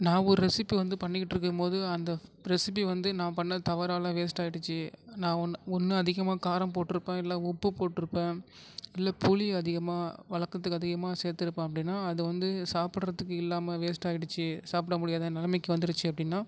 நான் ஒரு ரெசிப்பி வந்து பண்ணிக்கிட்டு இருக்கும்போது அந்த ரெசிப்பி வந்து நான் பண்ண தவறால் வேஸ்ட்டாயிடுச்சு நான் ஒன்று ஒன்று அதிகமாக காரம் போட்டிருப்பேன் இல்லை உப்பு போட்டிருப்பேன் இல்லை புளி அதிகமாக வழக்கத்துக்கு அதிகமாக சேர்த்துருப்பேன் அப்படின்னா அது வந்து சாப்பிட்றதுக்கு இல்லாமல் வேஸ்ட்டாயிடுச்சு சாப்பிட முடியாத நிலமைக்கு வந்திருச்சு அப்படின்னா